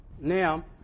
now